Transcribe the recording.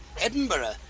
Edinburgh